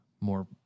more